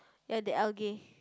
the algae